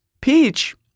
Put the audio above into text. peach